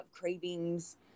cravings